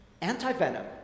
Anti-venom